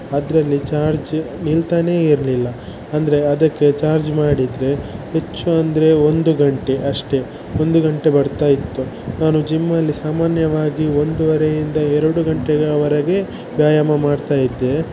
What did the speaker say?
ಅದರಲ್ಲಿ ಚಾರ್ಜು ನಿಲ್ತಾನೆ ಇರಲಿಲ್ಲ ಅಂದರೆ ಅದಕ್ಕೆ ಚಾರ್ಜ್ ಮಾಡಿದರೆ ಹೆಚ್ಚು ಅಂದರೆ ಒಂದು ಗಂಟೆ ಅಷ್ಟೆ ಒಂದು ಗಂಟೆ ಬರ್ತಾಯಿತ್ತು ನಾನು ಜಿಮ್ಮಲ್ಲಿ ಸಾಮಾನ್ಯವಾಗಿ ಒಂದುವರೆಯಿಂದ ಎರಡು ಗಂಟೆಯವರೆಗೆ ವ್ಯಾಯಾಮ ಮಾಡ್ತಾ ಇದ್ದೆ